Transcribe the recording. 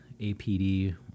APD